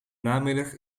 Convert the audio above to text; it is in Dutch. namiddag